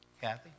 Kathy